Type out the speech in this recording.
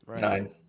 Nine